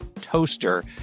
toaster